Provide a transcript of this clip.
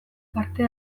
parte